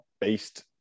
based